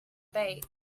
bait